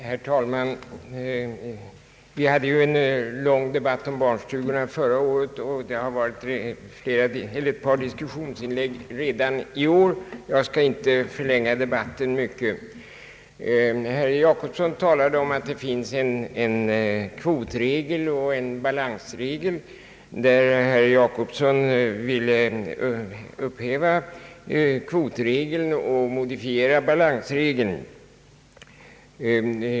Herr talman! Vi hade förra året en lång debatt om barnstugorna, och det har nu redan varit ett par diskussionsinlägg. Jag skall därför inte förlänga debatten mycket. Herr Jacobsson talade om att det finns en kvotregel och en balansregel. Han ville upphäva kvotregeln och modifiera balansregeln.